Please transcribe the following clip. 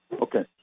Okay